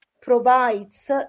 provides